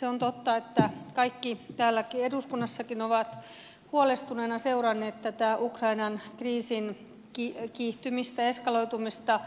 se on totta että kaikki täällä eduskunnassakin ovat huolestuneena seuranneet tätä ukrainan kriisin kiihtymistä ja eskaloitumista